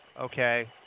Okay